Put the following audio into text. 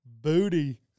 Booty